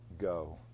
go